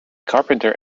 carpenter